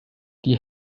die